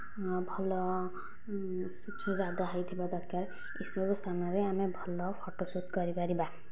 ଭଲ ସ୍ଵଚ୍ଛ ଜାଗା ହୋଇଥିବା ଦରକାର ଏହି ସବୁ ସ୍ଥାନରେ ଆମେ ଭଲ ଫଟୋସୁଟ୍ କରିପାରିବା